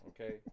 okay